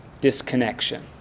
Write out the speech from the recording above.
disconnection